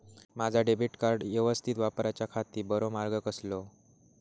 माजा debit card यवस्तीत वापराच्याखाती बरो मार्ग कसलो?